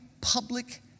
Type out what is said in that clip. public